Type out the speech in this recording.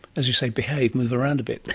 as you say, behave, move around a bit.